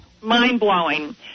Mind-blowing